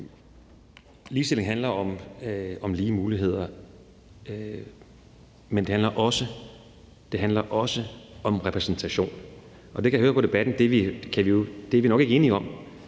Ligestilling handler om lige muligheder, men det handler også om repræsentation, og det kan jeg høre på debatten at vi nok ikke er enige om.